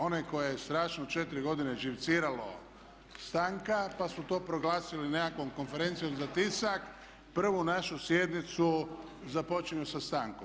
Oni koje je strašno 4 godine živcirala stanka pa su to proglasili nekakvom konferencijom za tisak prvu našu sjednicu započinju sa stankom.